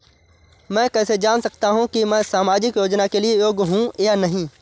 मैं कैसे जान सकता हूँ कि मैं सामाजिक योजना के लिए योग्य हूँ या नहीं?